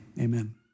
amen